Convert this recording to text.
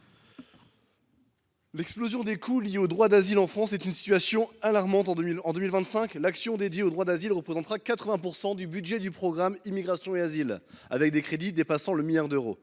L’explosion des coûts liés au droit d’asile est une situation alarmante. En 2025, l’action dédiée au droit d’asile représentera 80 % du budget du programme « Immigration et asile », avec des crédits dépassant le milliard d’euros.